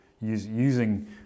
using